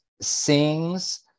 sings